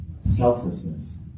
selflessness